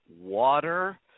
water